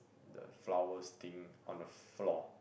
the flowers thing on the floor